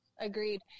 Agreed